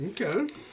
Okay